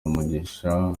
umugisha